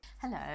hello